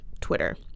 Twitter